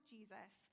Jesus